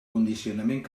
condicionament